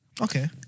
Okay